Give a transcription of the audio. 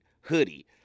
hoodie